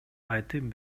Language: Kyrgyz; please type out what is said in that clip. айтып